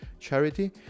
charity